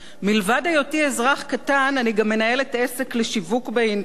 מלבד היותי אזרח קטן אני גם מנהלת עסק לשיווק באינטרנט.